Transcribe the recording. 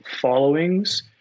followings